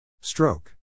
Stroke